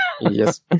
Yes